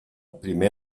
primer